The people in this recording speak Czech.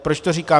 Proč to říkám?